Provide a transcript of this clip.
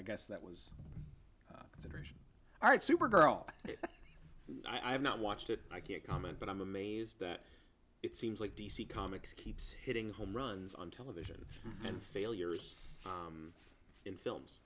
i guess that was all right supergirl i've not watched it i can't comment but i'm amazed that it seems like d c comics keeps hitting home runs on television and failures in films